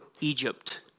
Egypt